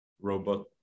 robot